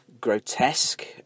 grotesque